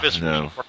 no